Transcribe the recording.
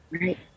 right